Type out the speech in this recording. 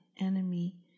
enemy